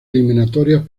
eliminatorias